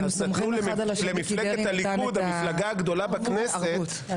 הם סומכים אחד על השני כי דרעי נתן את הערבות.